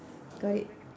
got it